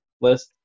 list